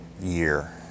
year